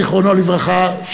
זיכרונו לברכה,